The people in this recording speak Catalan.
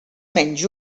menys